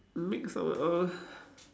make someone else